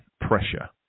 pressure